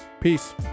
Peace